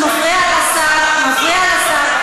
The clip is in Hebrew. שהוא מפריע לשר, מפריע לשר.